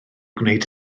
gwneud